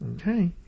okay